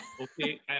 Okay